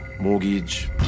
mortgage